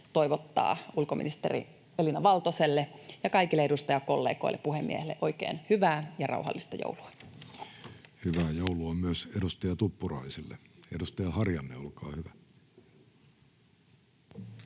toivottaa ulkoministeri Elina Valtoselle ja kaikille edustajakollegoille ja puhemiehelle oikein hyvää ja rauhallista joulua. Hyvää joulua myös edustaja Tuppuraiselle. — Edustaja Harjanne, olkaa hyvä.